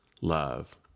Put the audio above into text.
love